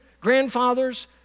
grandfathers